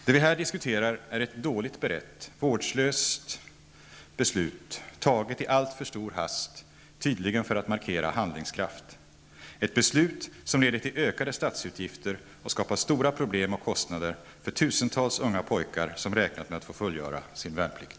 Det vi här diskuterar är ett dåligt berett, vårdslöst beslut taget i alltför stor hast tydligen för att markera handlingskraft. Det är ett beslut som leder till ökade statsutgifter och skapar stora problem och kostnader för tusentals unga pojkar som räknat med att få fullgöra sin värnplikt.